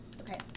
Okay